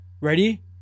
Ready